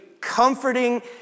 comforting